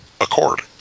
accord